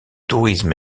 tourisme